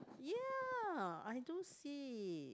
ya I do see